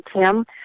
Tim